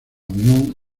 unión